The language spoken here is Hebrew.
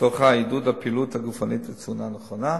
בתוכה עידוד הפעילות הגופנית ותזונה נכונה.